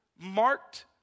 marked